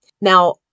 Now